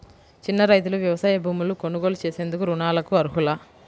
చిన్న రైతులు వ్యవసాయ భూములు కొనుగోలు చేసేందుకు రుణాలకు అర్హులా?